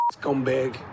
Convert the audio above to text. scumbag